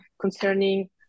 concerning